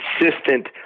consistent